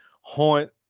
Haunt